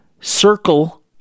circle